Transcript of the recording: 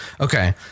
Okay